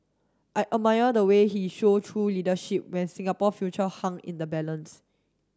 I admire the way he show true leadership when Singapore future hung in the balance